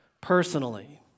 personally